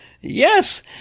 Yes